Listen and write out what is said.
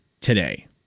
today